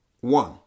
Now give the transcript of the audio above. one